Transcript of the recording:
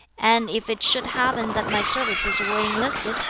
and if it should happen that my services were enlisted,